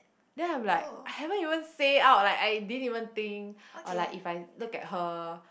then I'm like I haven't even say out like I didn't even think or like if I look at her